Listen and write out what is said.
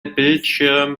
bildschirm